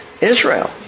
Israel